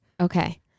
Okay